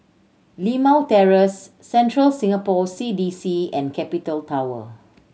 Limau Terrace Central Singapore C D C and Capital Tower